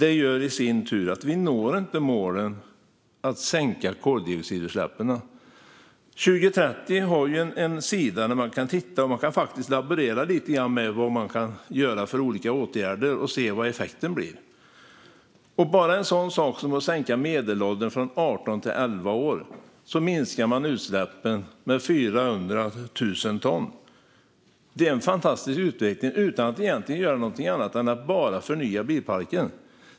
Det gör i sin tur att vi inte når målen att sänka koldioxidutsläppen. 2030-sekretariatet har en sida där man kan laborera med olika åtgärder och se vad effekten blir. Bara med en sådan sak som att sänka medelåldern på bilparken från 18 till 11 år minskar man utsläppen med 400 000 ton. Det är en fantastisk utveckling, utan att man egentligen gör någonting annat än att förnya bilparken.